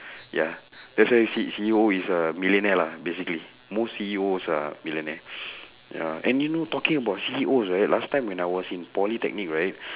ya that's why see C_E_O is a millionaire lah basically most C_E_Os are millionaire ya and you know talking about C_E_Os right last time when I was in polytechnic right